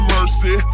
Mercy